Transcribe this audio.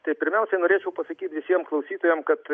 tai pirmiausia norėčiau pasakyti visiem klausytojam kad